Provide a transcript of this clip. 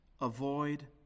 Avoid